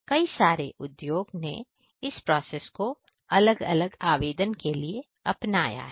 कई सारे उद्योगों ने इस प्रोसेस को अलग अलग आवेदन के लिए अपनाया है